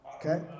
Okay